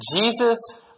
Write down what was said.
Jesus